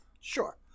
Sure